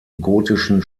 gotischen